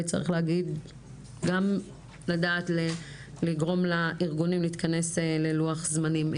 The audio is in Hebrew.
צריך גם לדעת לגרום לארגונים להתכנס ללוח זמנים.